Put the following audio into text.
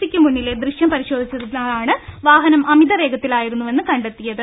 C യ്ക്ക് മുന്നിലെ ദൃശ്യം പരി ശോധിച്ചതിലാണ് വാഹനം അമിതവേഗത്തിലായിരുന്നുവെന്ന് കണ്ടെത്തിയത്